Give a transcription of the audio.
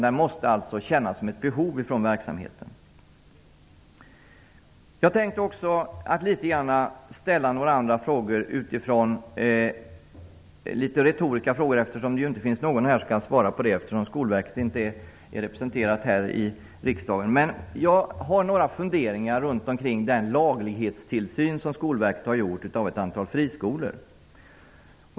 Det måste kännas som ett behov inom verksamheten. Jag tänkte ställa några retoriska frågor. Det finns inte någon här som kan svara på dem eftersom Skolverket inte är representerad i riksdagen. Jag har några funderingar runt omkring den laglighetstillsyn som Skolverket har gjort av ett antal friskolor.